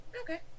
Okay